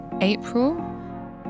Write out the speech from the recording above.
April